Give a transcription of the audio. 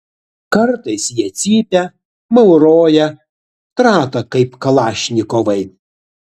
kartais jie cypia mauroja trata kaip kalašnikovai